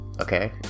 okay